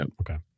Okay